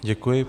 Děkuji.